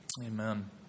Amen